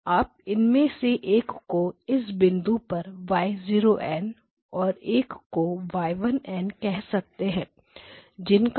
आप इनमें से एक को इस बिंदु पर y0 n और एक को y1 n कह सकते हैं जिनका आउटपुट xn है